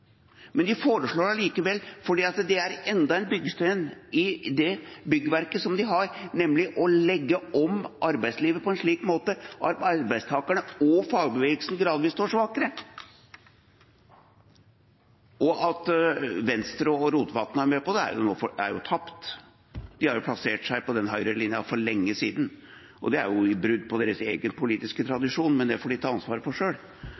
byggverket de har, nemlig å legge om arbeidslivet på en slik måte at arbeidstakerne og fagbevegelsen gradvis står svakere. At Venstre og Rotevatn er med på det, er nå en tapt sak – de har plassert seg på den høyrelinjen for lenge siden. Det er et brudd på deres egen politiske tradisjon, men det får de ta ansvar for